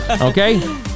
Okay